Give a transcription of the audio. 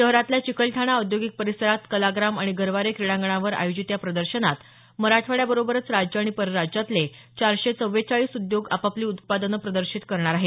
शहरातल्या चिकलठाणा औद्योगिक परिसरात कलाग्राम आणि गरवारे क्रीडांगणावर आयोजित या प्रदर्शनात मराठवाड्याबरोबरच राज्य आणि परराज्यातले चारशे चव्वेचाळीस उद्योग आपापली उत्पादनं प्रदर्शित करणार आहेत